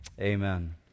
Amen